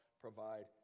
provide